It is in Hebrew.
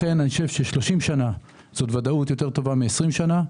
לכן שלושים שנה זאת ודאות טובה יותר מעשרים שנה.